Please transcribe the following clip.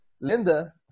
Linda